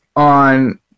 on